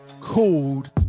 called